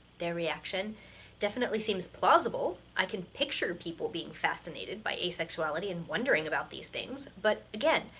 their reaction definitely seems plausible. i can picture people being fascinated by asexuality and wondering about these things, but again,